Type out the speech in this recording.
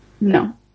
No